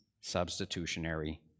substitutionary